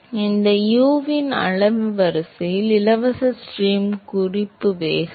இப்போது u இன் அளவின் வரிசை இலவச ஸ்ட்ரீம் குறிப்பு வேகம்